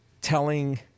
telling